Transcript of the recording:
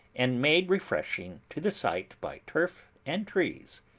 and made refreshing to the sight by turf and trees.